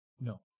No